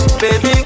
Baby